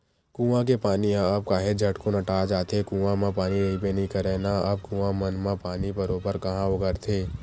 कुँआ के पानी ह अब काहेच झटकुन अटा जाथे, कुँआ म पानी रहिबे नइ करय ना अब कुँआ मन म पानी बरोबर काँहा ओगरथे